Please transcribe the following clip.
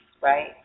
right